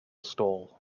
stall